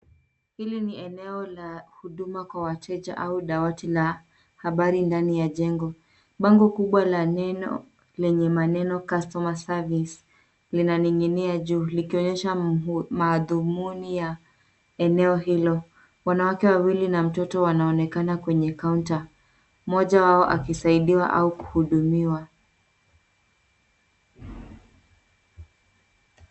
Hili ni eneo la huduma kwa wateja au dawati la habari ndani la jengo , bango kubwa lenye maneno customer service linaningi'nia juu likionyesha mathumuni ya eneo hilo, wanawake wawili na mtoto wanaonekana kwenye counter , moja wao akisaidiwa au kuhudumiwa.